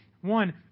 one